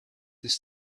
this